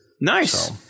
Nice